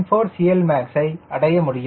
4 CLmax ஐ அடைய முடியும்